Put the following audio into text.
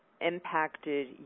impacted